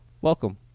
welcome